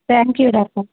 thank you doctor